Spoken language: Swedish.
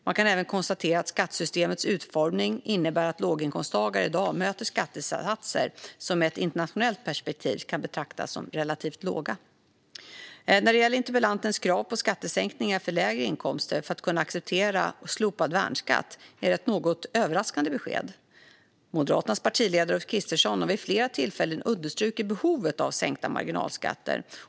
Man kan även konstatera att skattesystemets utformning innebär att låginkomsttagare i dag möter skattesatser som i ett internationellt perspektiv kan betraktas som relativt låga. När det gäller interpellantens krav på skattesänkningar för lägre inkomster för att kunna acceptera slopad värnskatt är det ett något överraskande besked. Moderaternas partiledare Ulf Kristersson har vid flera tillfällen understrukit behovet av sänkta marginalskatter.